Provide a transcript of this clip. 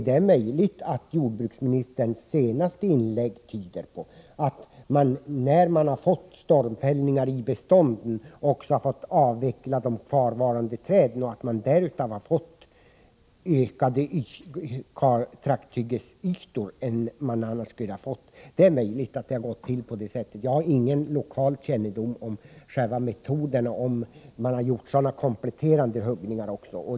Det är möjligt att jordbruksministerns senaste inlägg tyder på att man när man fått stormfällningar i bestånden också har fått avveckla de kvarvarande träden och att man därav har fått större trakthyggesytor än man annars skulle ha fått. Det är möjligt att det har gått till på det sättet. Jag har ingen lokal kännedom om själva metoden och om man gjort sådana kompletterande huggningar.